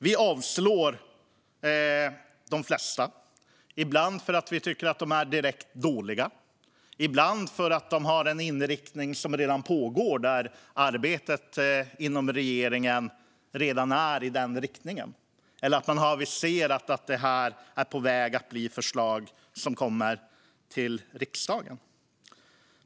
Vi i utskottet avstyrker de allra flesta, ibland för att vi tycker att de är direkt dåliga och ibland för att de har en inriktning där arbete redan pågår inom regeringen eller för att regeringen har aviserat att förslag ska komma till riksdagen.